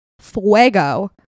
fuego